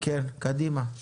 קדימה.